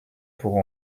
pour